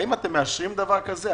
האם אתם מאשרים דבר כזה?